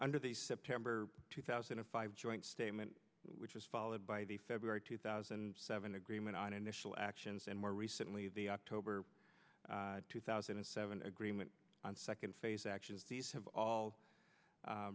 under the september two thousand and five joint statement which is followed by the february two thousand and seven agreement on initial actions and more recently the october two thousand and seven agreement on second phase action have all